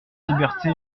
liberté